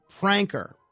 pranker